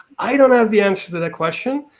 i don't have the answer to that question.